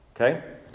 okay